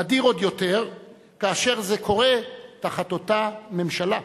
נדיר עוד יותר כאשר זה קורה תחת אותה ממשלה.